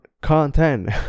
content